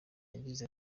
yagize